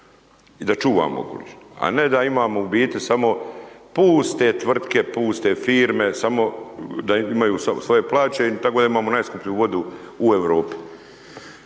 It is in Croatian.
da čuvamo okoliš a ne da imamo u biti samo puste tvrtke, puste firme, samo da imaju svoje plaće tako da imamo najskuplju vodu Europi.